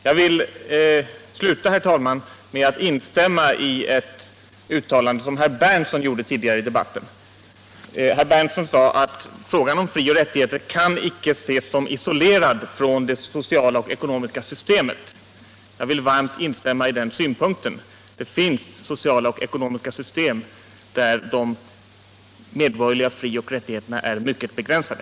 Jag vill, herr talman, sluta med att instämma i ett uttalande som herr Berndtson gjorde tidigare i debatten. Han sade att frågan om frioch rättigheterna inte kan ses som isolerad från det ekonomiska och sociala systemet. Jag vill varmt instämma i den synpunkten. Det finns sociala och ekonomiska system där de medborgerliga frioch rättigheterna är mycket begränsade.